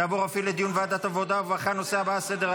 תעבור לדיון בוועדת העבודה והרווחה לצורך הכנה לקריאה הראשונה.